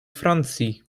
francji